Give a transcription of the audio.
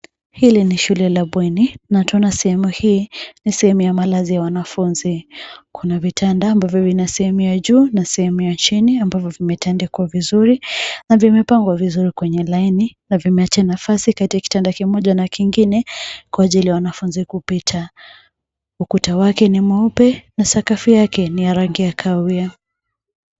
Hili ni shule la bweni na tunaona sehemu hii ni sehemu ya malazi ya wanafunzi. Kuna vitanda ambavyo vina sehemu ya juu na sehemu ya chini, ambavyo vimetandikwa vizuri na vimepangwa vizuri kwenye laini na vimeacha nafasi katika kitanda kimoja na kingine kwa ajili ya wanafunzi kupita. Ukuta wake ni mweupe na sakafu yake ni ya rangi ya kahawia.